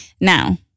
Now